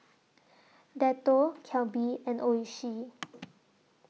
Dettol Calbee and Oishi